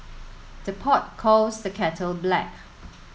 the pot calls the kettle black